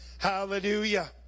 Hallelujah